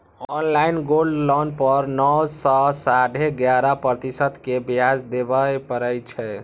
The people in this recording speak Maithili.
ऑनलाइन गोल्ड लोन पर नौ सं साढ़े ग्यारह प्रतिशत के ब्याज देबय पड़ै छै